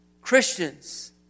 Christians